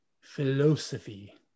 Philosophy